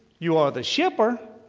you are the shipper,